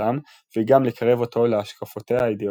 לאסלאם וגם לקרב אותו להשקפותיה האידאולוגיות.